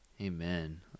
Amen